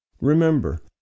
Remember